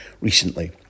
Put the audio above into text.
recently